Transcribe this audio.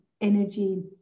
energy